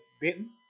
bitten